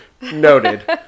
Noted